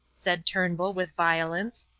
said turnbull, with violence.